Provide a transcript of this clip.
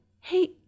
hey